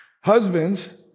Husbands